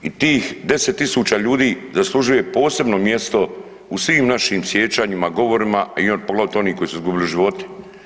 I tih 10 000 ljudi zaslužuje posebno mjesto u svim našim sjećanjima, govorima a poglavito oni koji su izgubili živote.